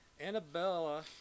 Annabella